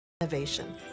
Innovation